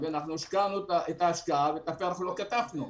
אנחנו השקענו השקעה אבל את הפרח לא קטפנו.